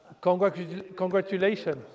Congratulations